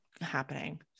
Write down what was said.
happening